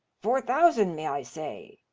four thousand may i say?